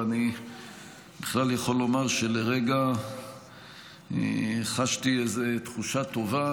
ואני בכלל יכול לומר שלרגע חשתי איזו תחושה טובה,